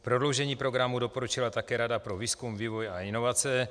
Prodloužení programu doporučila také Rada pro výzkum, vývoj a inovace.